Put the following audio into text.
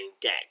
deck